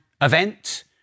event